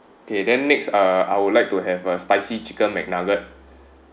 okay then next uh I would like to have a spicy chicken mcnugget